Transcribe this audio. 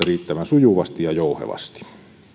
riittävän sujuvasti ja jouhevasti arvoisa